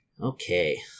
Okay